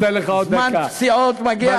זמן פציעות מגיע לי.